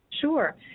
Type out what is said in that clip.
Sure